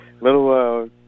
little